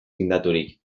tindaturik